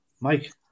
Mike